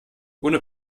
ohne